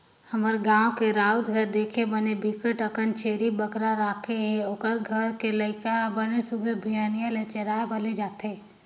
हमर गाँव के राउत घर देख बने बिकट अकन छेरी बोकरा राखे हे, ओखर घर के लइका हर बने सुग्घर बिहनिया ले चराए बर ले जथे